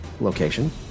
location